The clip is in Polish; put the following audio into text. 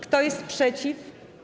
Kto jest przeciw?